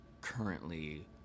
Currently